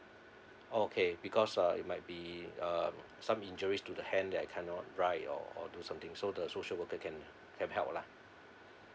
okay because uh it might be uh some injuries to the hand that I cannot write or do something so the social worker can can help lah